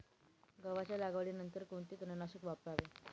गव्हाच्या लागवडीनंतर कोणते तणनाशक वापरावे?